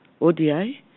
Odi